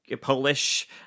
polish